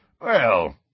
Well